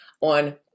on